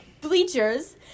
bleachers